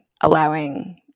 allowing